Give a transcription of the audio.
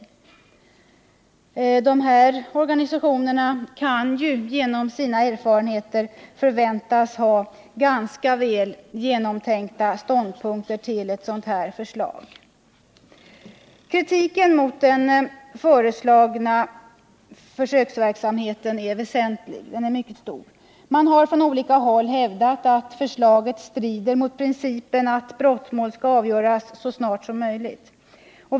Samtliga dessa organisationer kan genom sina erfarenheter förväntas inta väl genomtänkta ståndpunkter till förslaget. Kritiken mot den föreslagna försöksverksamheten är väsentlig. Man har från olika håll hävdat att förslaget strider mot principen att brottmål skall avgöras så snart som möjligt.